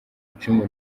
icumu